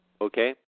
Okay